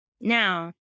Now